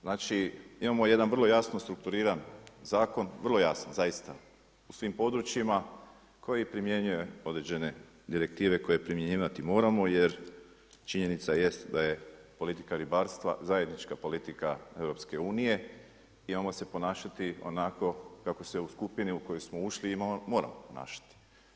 Znači imamo jedan vrlo jasno strukturiran zakon, vrlo jasan, zaista u svim područjima, koji primjenjuje određene direktive, koje primjenjivati moramo, jer činjenica jest da je politika ribarstva zajednička politika EU i moramo se ponašati onako kako se u skupini u kojoj smo ušli moramo ponašati.